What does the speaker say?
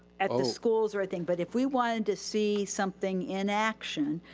at the schools or anything. but if we wanted to see something in action,